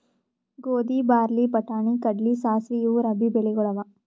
ಗೋಧಿ, ಬಾರ್ಲಿ, ಬಟಾಣಿ, ಕಡ್ಲಿ, ಸಾಸ್ವಿ ಇವು ರಬ್ಬೀ ಬೆಳಿಗೊಳ್ ಅವಾ